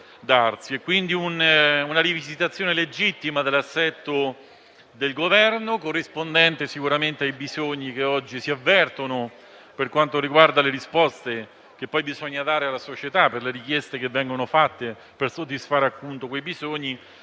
quindi una rivisitazione legittima dell'assetto del Governo, corrispondente sicuramente ai bisogni che oggi si avvertono per quanto riguarda le risposte che occorre dare alla società a fronte delle richieste avanzate, per soddisfare quei bisogni